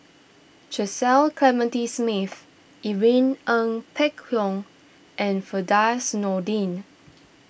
Cecil Clementi Smith Irene Ng Phek Hoong and Firdaus Nordin